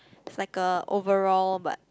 it's like a overall but